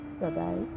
Bye-bye